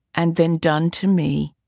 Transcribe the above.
and then done to me,